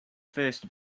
first